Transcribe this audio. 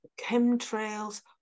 chemtrails